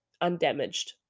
undamaged